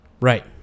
Right